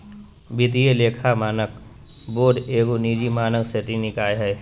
वित्तीय लेखा मानक बोर्ड एगो निजी मानक सेटिंग निकाय हइ